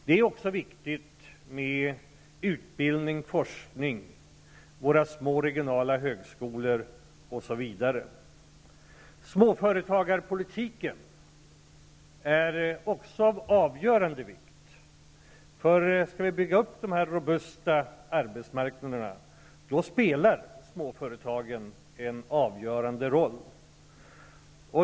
Det är också viktigt med utbildning, forskning, våra små regionala högskolor, osv. Småföretagarpolitiken är också av avgörande vikt, för skall vi bygga upp robusta arbetsmarknader spelar småföretagen en avgörande roll.